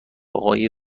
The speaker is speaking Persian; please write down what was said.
آقای